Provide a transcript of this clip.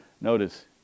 Notice